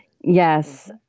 Yes